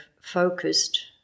focused